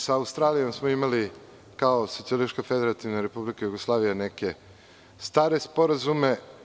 Sa Australijom smo imali kao Socijalistička Federativna Republika Jugoslavija neke stare sporazume.